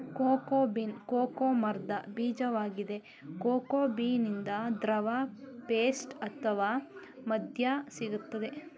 cocoa bean cocoa ಮರ್ದ ಬೀಜ್ವಾಗಿದೆ cocoa ಬೀನಿಂದ ದ್ರವ ಪೇಸ್ಟ್ ಅತ್ವ ಮದ್ಯ ಸಿಗ್ತದೆ